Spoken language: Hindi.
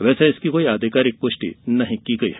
वैसे इसकी कोई अधिकारिक पुष्टि नहीं की गयी है